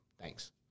thanks